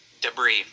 debris